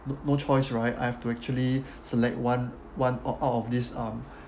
no no choice right I have to actually select one one out out of this um